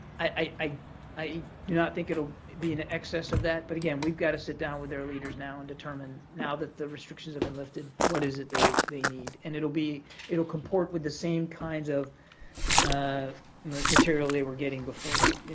i do not think it'll be in excess of that, but again, we've got to sit down with their leaders now and determine, now that the restrictions have been lifted, what is it they they need. and it'll be it'll comport with the same kinds of of material they were getting before